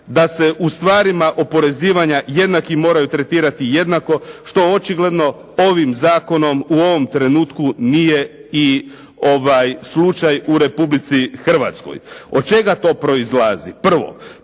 da se u stvarima oporezivanja jednaki moraju tretirati jednako, što očigledno ovim zakonom u ovom trenutku nije i slučaj u Republici Hrvatskoj. Od čega to proizlazi? Prvo,